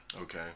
Okay